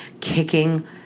kicking